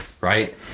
right